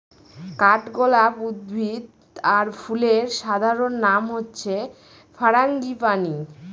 কাঠগলাপ উদ্ভিদ আর ফুলের সাধারণ নাম হচ্ছে ফারাঙ্গিপানি